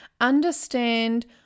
understand